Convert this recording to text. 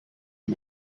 and